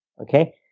Okay